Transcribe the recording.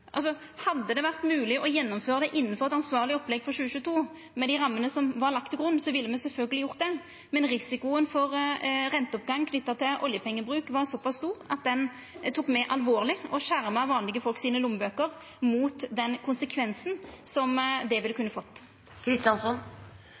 Hadde det vore mogleg å gjennomføra det innanfor eit ansvarleg opplegg for 2022, med dei rammene som var lagde til grunn, ville me sjølvsagt ha gjort det, men risikoen for renteoppgang knytt til oljepengebruk var såpass stor at me tok han på alvor og skjerma lommeboka til vanlege folk mot den konsekvensen som det ville